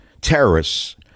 terrorists